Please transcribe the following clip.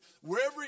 Wherever